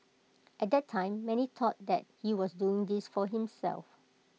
at that time many thought that he was doing this for himself